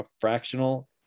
fractional